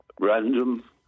random